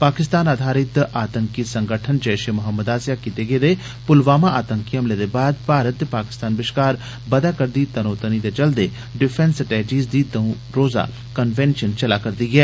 पाकिस्तान आधारित आतंकी संगठन जैश ए मोहम्मद आसेया कीते गेदे प्लवामा आतंकी हमले दे बाद भारत ते पाकिस्तान बश्कार बधै रदी तनोतनी दे चलदे डिफेंस एपैचीज़ दी दंऊ रोजा कन्वेंशन चलै करदी ऐ